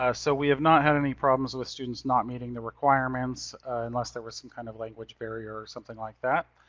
ah so we have not had any problems with students not meeting the requirements unless there was some kind of language barrier or something like that.